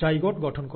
zygote গঠন করে